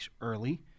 early